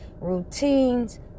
routines